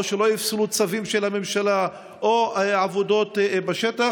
או שלא יפסלו צווים של הממשלה או עבודות בשטח.